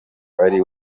ari